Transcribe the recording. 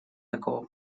такого